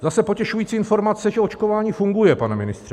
Zase potěšující informace je, že očkování funguje, pane ministře.